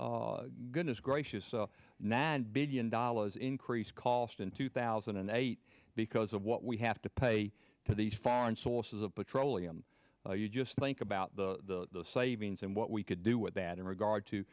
goodness gracious now and billion dollars increase cost in two thousand and eight because of what we have to pay to these foreign sources of petroleum you just think about the savings and what we could do with that in regard to